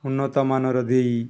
ଉନ୍ନତମାନର ଦେଇ